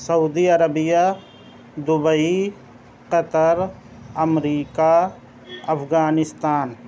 Saudi Arabia Dubai Qatar America Afghanistan